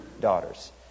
daughters